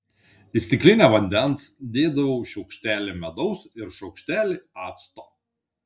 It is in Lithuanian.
į stiklinę vandens dėdavau šaukštelį medaus ir šaukštelį acto